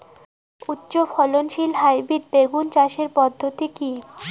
উচ্চ ফলনশীল হাইব্রিড বেগুন চাষের পদ্ধতি কী?